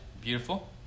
beautiful